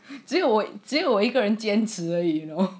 只有只有我一个人坚持 you know